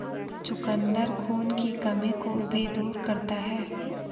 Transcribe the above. चुकंदर खून की कमी को भी दूर करता है